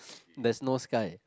there's no sky